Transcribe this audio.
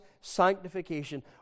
sanctification